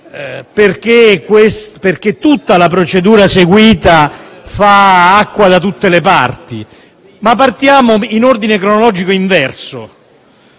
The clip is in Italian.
perché l'intera procedura seguita fa acqua da tutte le parti. Seguiamo un ordine cronologico inverso.